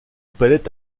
palette